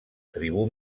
tribú